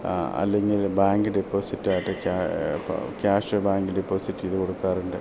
അല്ലെങ്കിൽ ബാങ്ക് ഡെപ്പോസിറ്റായിട്ട് ഒക്കെ ക്യാ ഇപ്പോൾ ക്യാഷ് ബാങ്ക് ഡെപ്പോസിറ്റ് ചെയ്ത് കൊടുക്കാറുണ്ട്